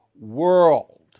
world